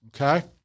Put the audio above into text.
okay